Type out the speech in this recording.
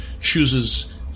chooses